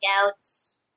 Scouts